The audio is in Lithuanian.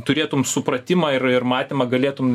turėtum supratimą ir ir matymą galėtum